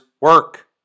work